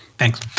Thanks